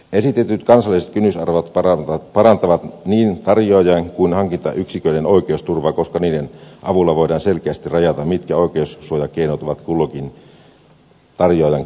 esitetyt kansalliset kynnysarvot parantavat niin tarjoajien kuin hankintayksiköiden oikeusturvaa koska niiden avulla voidaan selkeästi rajata mitkä oikeussuojakeinot ovat kulloinkin tarjoajan käytettävissä